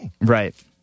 Right